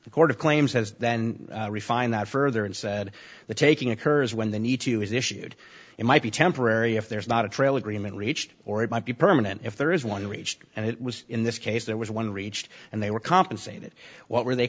of claims has then refined that further and said the taking occurs when the need to is issued it might be temporary if there is not a trail agreement reached or it might be permanent if there is one reached and it was in this case there was one reached and they were compensated what were they